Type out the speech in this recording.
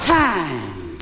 time